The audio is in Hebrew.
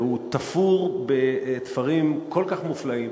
והוא תפור בתפרים כל כך מופלאים,